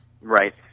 Right